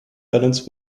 balance